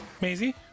Maisie